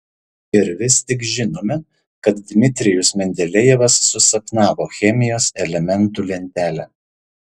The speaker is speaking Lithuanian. ir vis tik žinome kad dmitrijus mendelejevas susapnavo chemijos elementų lentelę